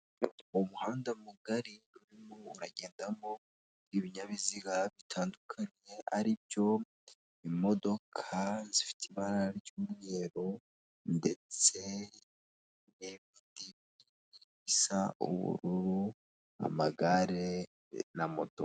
Umuhanda mugari urimo uragendamo ibinyabiziga bitandukanye; ari byo imodoka zifite ibara ry'umweru, ndetse n'ibindi bisa ubururu, amagare na moto.